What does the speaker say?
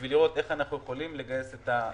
בשביל לראות איך אנחנו יכולים לגייס את הסכום.